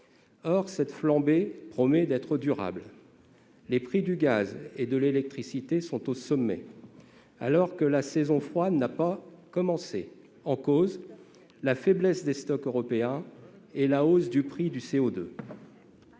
Or cette flambée promet d'être durable. Les prix du gaz et de l'électricité sont au sommet, alors que la saison froide n'a pas commencé. Sont en cause la faiblesse des stocks européens et la hausse du prix du CO2.